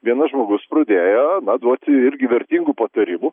vienas žmogus pradėjo na duoti irgi vertingų patarimų